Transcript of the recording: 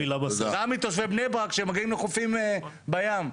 גם מתושבי בני ברק שהם מגיעים לחופים בים.